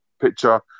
picture